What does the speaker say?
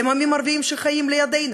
הם עמים ערביים שחיים לידינו,